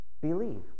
believe